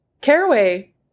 Caraway